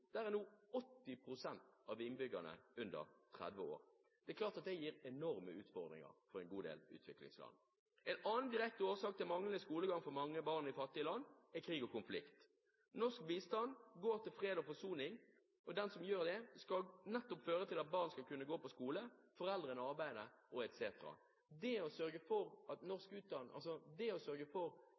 er nå 80 pst. av innbyggerne under 30 år. Det er klart at det gir enorme utfordringer for en god del utviklingsland. En annen direkte årsak til manglende skolegang for mange barn i fattige land er krig og konflikt. Norsk bistand går til fred og forsoning, og det skal nettopp føre til at barn skal kunne gå på skole, foreldrene arbeide etc. Det å sørge for utdanning til unger som er i krigs- og konfliktområder og i sårbare stater, er en prioritert del av den norske utdanningsbistanden, for